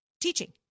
teaching